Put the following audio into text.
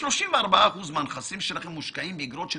כ-34% מהנכסים שלכם מושקעים באיגרות של